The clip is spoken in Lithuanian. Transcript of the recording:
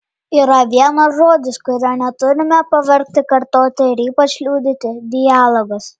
yra vienas žodis kurio neturime pavargti kartoti ir ypač liudyti dialogas